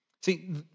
See